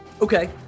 Okay